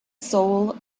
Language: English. soul